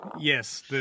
Yes